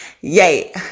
yay